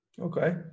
Okay